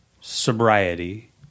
sobriety